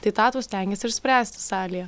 tai tą tu stengiesi išspręsti salėje